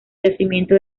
yacimiento